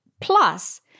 Plus